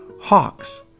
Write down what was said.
Hawks